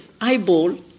eyeball